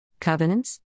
Covenants